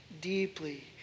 deeply